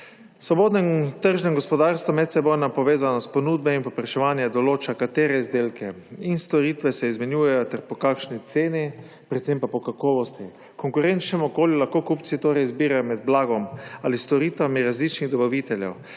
V svobodnem tržnem gospodarstvu medsebojna povezanost ponudbe in povpraševanja določa, kateri izdelki in storitve se izmenjujejo ter po kakšni ceni, predvsem pa po kakovosti. V konkurenčnem okolju lahko kupci torej izbirajo med blagom ali storitvami različnih dobaviteljev,